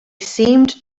seemed